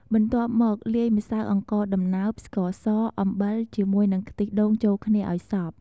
បន្ទាប់មកលាយម្សៅអង្ករដំណើប ស្ករស អំបិលជាមួយនឹងខ្ទិះដូងចូលគ្នាឱ្យសព្វ។